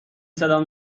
صدام